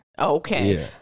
Okay